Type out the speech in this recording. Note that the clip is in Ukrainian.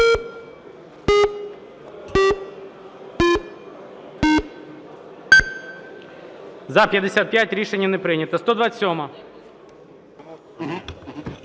За-214 Рішення не прийнято.